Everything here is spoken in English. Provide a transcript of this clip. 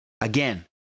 Again